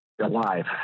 alive